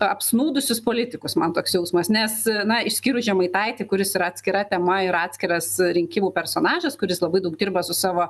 apsnūdusius politikus man toks jausmas nes na išskyrus žemaitaitį kuris yra atskira tema ir atskiras rinkimų personažas kuris labai daug dirba su savo